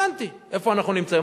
הבנתי איפה אנחנו נמצאים.